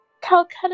Calcutta